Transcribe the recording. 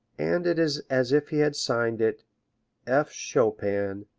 and it is as if he had signed it f. chopin,